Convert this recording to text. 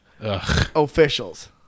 officials